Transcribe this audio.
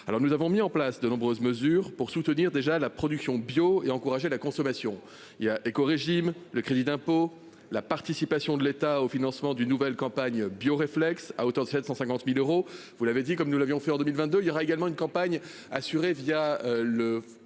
nous avons mis en place de nombreuses mesures pour soutenir déjà la production bio et encourager la consommation il y a et qu'au régime. Le crédit d'impôt, la participation de l'État au financement d'une nouvelle campagne bio réflexe à hauteur de 750.000 euros. Vous l'avez dit, comme nous l'avions fait en 2022, il y aura également une campagne assurée via le